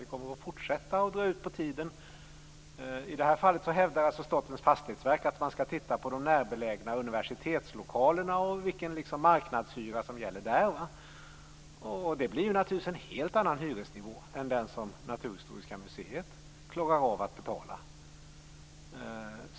Det kommer att fortsätta att dra ut på tiden. I det här fallet hävdar Statens fastighetsverk att man skall titta på de närbelägna universitetslokalerna och vilken marknadshyra som gäller där. Det blir ju naturligtvis en helt annan hyresnivå än den som Naturhistoriska museet klarar av att betala.